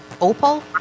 Opal